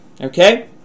okay